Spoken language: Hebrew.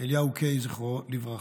אליהו קיי, זכרו לברכה.